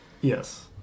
Yes